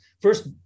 first